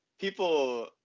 people